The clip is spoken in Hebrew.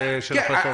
של החלטות.